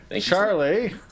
Charlie